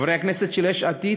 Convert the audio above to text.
חברי הכנסת של יש עתיד,